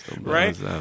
right